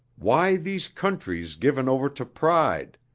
why these countries given over to pride,